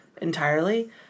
entirely